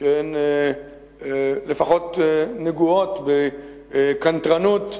שהן לפחות נגועות בקנטרנות לשמה.